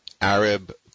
Arab